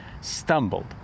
stumbled